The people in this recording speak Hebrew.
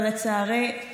אבל לצערי זה